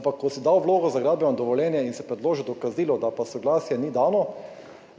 ko si dal vlogo za gradbeno dovoljenje in si predložil dokazilo, da pa soglasje ni dano,